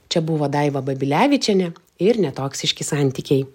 čia buvo daiva babilevičienė ir netoksiški santykiai